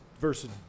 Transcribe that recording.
versus